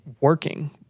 working